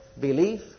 belief